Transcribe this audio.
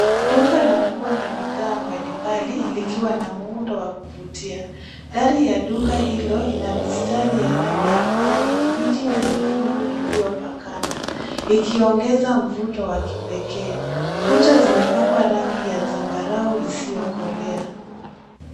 Duka la nguo na bidhaa mbalimbali likiwa na muundo wa kuvutia. Dari ya duka hilo ina mistari ya rangi kijani kibichi na nyekundu iliyopakana ikiongeza mvuto wa kipekee. Kuta zimepakwa rangi ya zambarau isiyokolea.